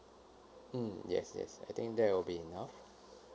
mm yes yes I think that will be enough